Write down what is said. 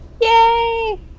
Yay